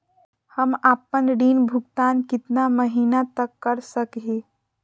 हम आपन ऋण भुगतान कितना महीना तक कर सक ही?